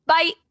Bye